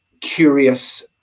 curious